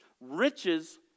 Riches